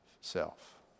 self